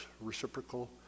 reciprocal